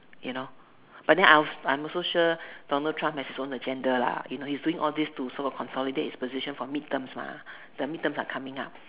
you know but then I'm I'm also sure Donald Trump has his own agenda lah you know he is doing all this to sort of consolidate his position for midterms mah the midterms are coming up